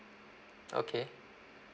okay